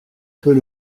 peut